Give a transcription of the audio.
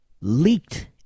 leaked